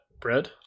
bread